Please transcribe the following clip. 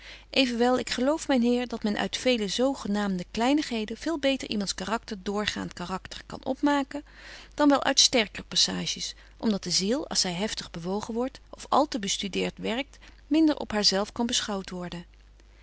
evenwel ik geloof myn heer dat men uit vele zo genaamde kleinigheden veel beter iemands karakter doorgaant karakter kan opmaken dan wel uit sterker passages om dat de ziel als zy heftig bewogen wordt of al te bestudeert werkt minder op haar zelf kan beschouwt worden